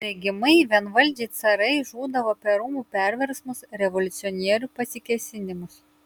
regimai vienvaldžiai carai žūdavo per rūmų perversmus revoliucionierių pasikėsinimus